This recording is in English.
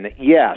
yes